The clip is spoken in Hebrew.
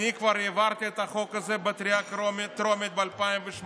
אני כבר העברתי את החוק הזה בקריאה טרומית ב-2018,